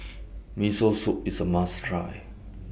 Miso Soup IS A must Try